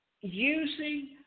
using